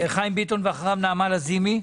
חיים ביטון, ואחריו נעמה לזימי.